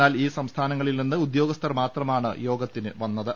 എന്നാൽ ഈ സംസ്ഥാനങ്ങളിൽ നിന്ന് ഉദ്യോഗസ്ഥർ മാത്രമാണ് യോഗത്തിന് വന്നത്